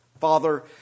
Father